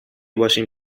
باشیم